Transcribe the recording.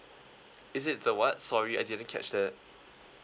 is it the what sorry I didn't catch the